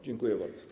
Dziękuję bardzo.